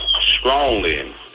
strongly